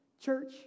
church